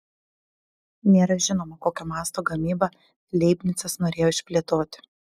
nėra žinoma kokio masto gamybą leibnicas norėjo išplėtoti